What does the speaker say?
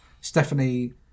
Stephanie